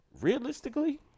Realistically